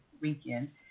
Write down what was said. weekend